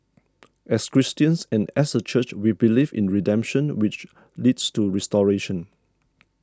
as Christians and as a church we believe in redemption which leads to restoration